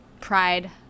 pride